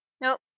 Nope